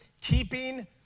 Keeping